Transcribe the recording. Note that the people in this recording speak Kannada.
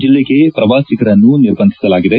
ಜಿಲ್ಲೆಗೆ ಪ್ರವಾಸಿಗರನ್ನು ನಿರ್ಬಂಧಿಸಲಾಗಿದೆ